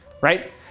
right